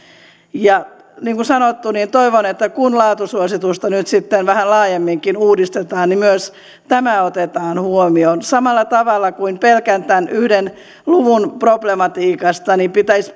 niin kuin sanottu toivon että kun laatusuositusta nyt vähän laajemminkin uudistetaan niin myös tämä otetaan huomioon samalla tavalla kuin pelkän yhden luvun problematiikasta pitäisi